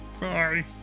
Bye